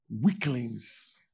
Weaklings